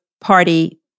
party